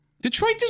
Detroit